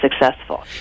successful